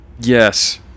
yes